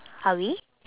are we